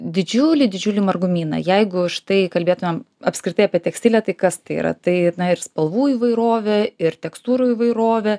didžiulį didžiulį margumyną jeigu štai kalbėtumėm apskritai apie tekstilę tai kas tai yra tai na ir spalvų įvairovė ir tekstūrų įvairovė